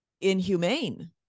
inhumane